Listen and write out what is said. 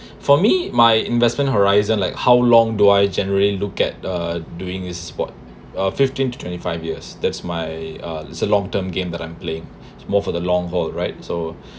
for me my investment arise like how long do I generally look at uh doing this spot uh fifteen to twenty five years that's my uh it’s a long term game that I'm playing more for the long haul right so